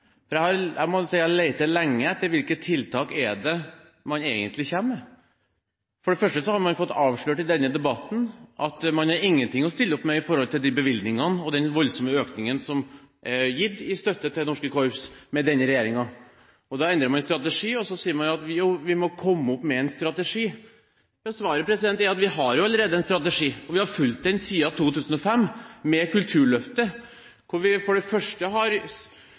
vært. Jeg må si at jeg må lete lenge etter hvilke tiltak det egentlig er man kommer med. For det første har man fått avslørt i denne debatten at man ikke har noe å stille opp med i forhold til de bevilgningene som er gitt, og den voldsomme økningen i støtte til norske korps med denne regjeringen. Da endrer man strategi og sier at vi må komme med en strategi. Svaret er at vi har jo allerede en strategi. Vi har fulgt den siden 2005 med Kulturløftet, hvor vi for det første har